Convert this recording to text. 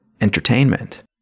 entertainment